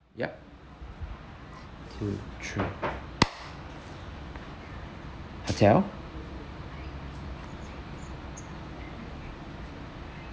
yup two three hotel